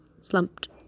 slumped